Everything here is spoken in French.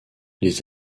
les